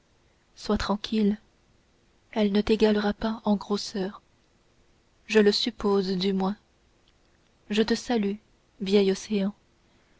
sois tranquille elle ne t'égalera pas en grosseur je le suppose du moins je te salue vieil océan